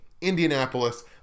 Indianapolis